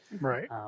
Right